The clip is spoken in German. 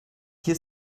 hier